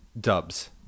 dubs